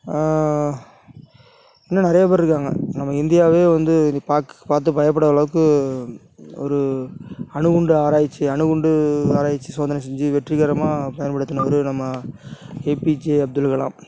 இன்னும் நிறையா பேர் இருக்காங்க நம்ம இந்தியாவே வந்து பார்த்து பயப்புடுறளவுக்கு ஒரு அணுகுண்டு ஆராய்ச்சி அணுகுண்டு ஆராய்ச்சி சோதனை செஞ்சு வெற்றிகரமாக பயன்படுத்தினவரு நம்ம ஏபிஜே அப்துல் கலாம்